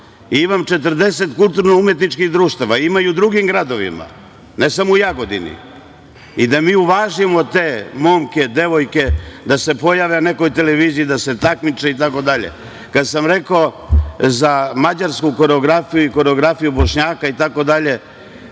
i imam 40 kulturno-umetničkih društava. Ima i u drugim gradovima, ne samo u Jagodini. Mi treba da uvažimo te momke, devojke, da se pojave na nekoj televiziji da se takmiče itd. Kada sam rekao za mađarsku koreografiju i koreografiju Bošnjaka itd, da ne